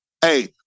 Hey